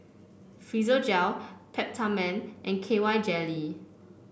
Physiogel Peptamen and K Y Jelly